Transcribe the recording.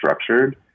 structured